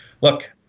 look